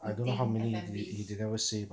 I don't know how many if he they never say mah